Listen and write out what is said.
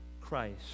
Christ